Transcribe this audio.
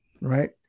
right